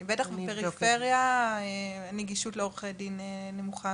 בטח בפריפריה הנגישות לעורכי דין נמוכה